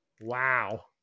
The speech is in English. Wow